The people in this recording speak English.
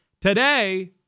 Today